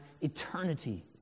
eternity